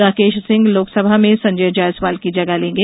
राकेश सिंह लोकसभा में संजय जायसवाल की जगह लेंगे